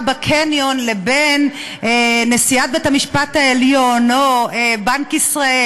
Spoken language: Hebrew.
בקניון לבין נשיאת בית-המשפט העליון או בנק ישראל,